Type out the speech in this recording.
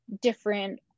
different